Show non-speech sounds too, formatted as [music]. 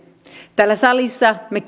täällä salissa me [unintelligible]